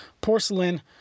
porcelain